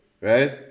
right